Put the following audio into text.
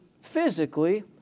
physically